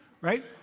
right